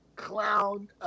clown